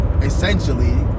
essentially